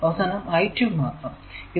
അവസാനം I2 മാത്രം